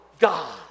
God